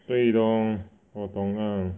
对 loh 我懂 lah